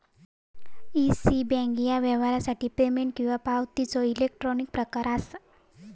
ECS ह्या व्यवहारासाठी payment किंवा पावतीचो इलेक्ट्रॉनिक प्रकार असा